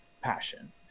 passion